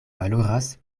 valoras